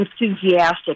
enthusiastic